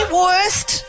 worst